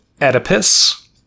Oedipus